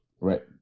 Right